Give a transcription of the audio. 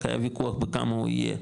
רק היה וויכוח בכמה הוא יהיה,